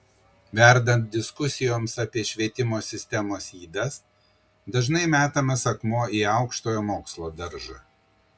verdant diskusijoms apie švietimo sistemos ydas dažnai metamas akmuo į aukštojo mokslo daržą